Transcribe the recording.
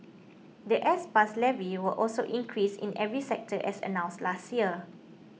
the S Pass levy will also increase in every sector as announced last year